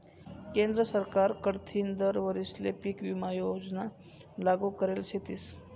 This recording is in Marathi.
केंद्र सरकार कडथीन दर वरीसले पीक विमा योजना लागू करेल शेतीस